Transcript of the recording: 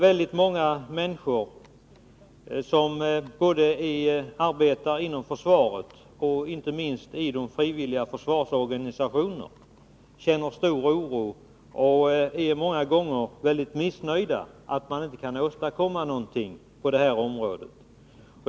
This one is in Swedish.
Väldigt många människor som arbetar inom försvaret och i de frivilliga försvarsorganisationerna känner stor oro och är många gånger missnöjda med att man inte åstadkommer någonting på detta område.